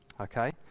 Okay